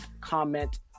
comment